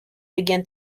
began